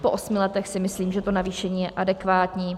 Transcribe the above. Po osmi letech si myslím, že to navýšení je adekvátní.